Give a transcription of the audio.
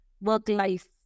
work-life